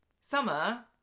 Summer